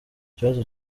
ikibazo